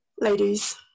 ladies